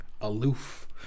aloof